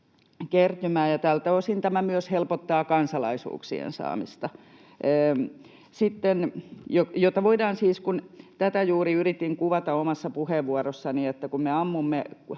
kertymään ja tältä osin tämä myös helpottaa kansalaisuuksien saamista. Tätä juuri yritin kuvata omassa puheenvuorossani, että kun me ammumme